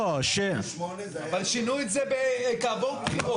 אבל שינו את זה כעבור בחירות.